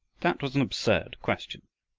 that was an absurd question,